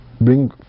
bring